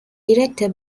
director